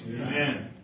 Amen